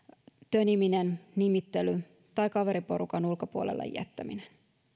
töniminen nimittely tai kaveriporukan ulkopuolelle jättäminen